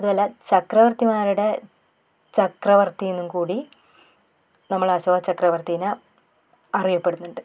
അതുപോലെ ചക്രവർത്തിമാരുടെ ചക്രവർത്തിയും എന്നും കൂടി നമ്മൾ അശോചക്രവർത്തിനെ അറിയപ്പെടുന്നുണ്ട്